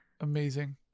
amazing